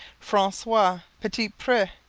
francois petit-pre,